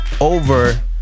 Over